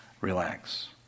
relax